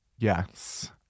Yes